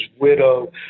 widow